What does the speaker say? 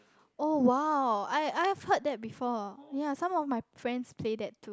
oh !wow! I I've heard that before ya some of my friends play that too